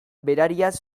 berariaz